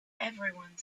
everyone